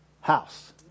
house